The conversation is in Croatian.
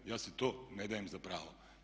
Ja si to ne dajem za pravo.